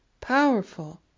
powerful